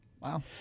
Wow